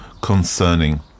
concerning